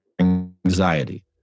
anxiety